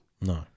No